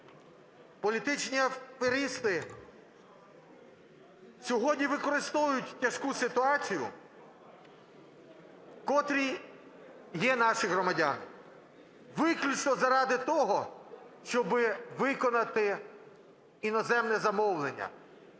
Політичні аферисти сьогодні використовують тяжку ситуацію, в котрій є наші громадяни, виключно заради того, щоби виконати іноземне замовлення